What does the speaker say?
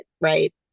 Right